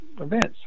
events